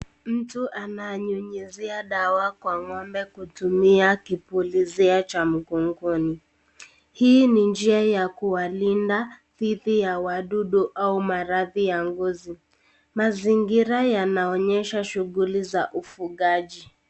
Mtu ananyunyizia dawa kwa ngombe kutumia kipulizia cha mgongoni. Hii ni njia ya kuwalinda dhidi ya wadudu au maradhi ya ngozi. Mazingira yanaonesha shughuli ya ufugaji.